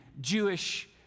Jewish